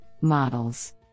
models